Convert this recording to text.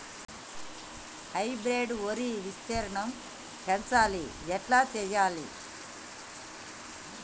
Hybrid వరి విస్తీర్ణం పెంచాలి ఎట్ల చెయ్యాలి?